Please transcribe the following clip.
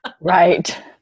Right